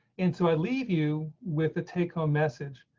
into i leave you with the take home message,